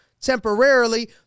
temporarily